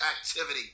activity